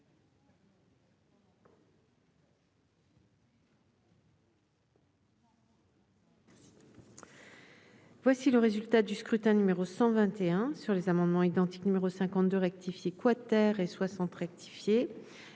Voici le résultat du scrutin numéro 121 sur les amendements identiques numéro 52 rectifié quater et 60 rectifié